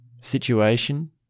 situation